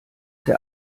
der